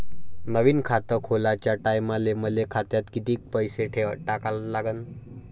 नवीन खात खोलाच्या टायमाले मले खात्यात कितीक पैसे टाका लागन?